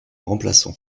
remplaçant